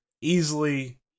Easily